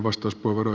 ei kai